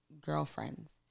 girlfriends